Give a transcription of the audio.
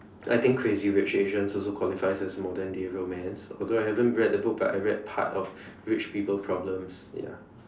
I think crazy rich Asians also qualifies as modern day romance although I haven't read the book but I read part of rich people problems ya